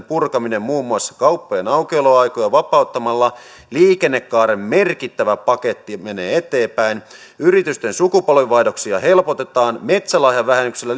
purkaminen muun muassa kauppojen aukioloaikoja vapauttamalla liikennekaaren merkittävä paketti menee eteenpäin yritysten sukupolvenvaihdoksia helpotetaan metsälahjavähennyksellä